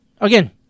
again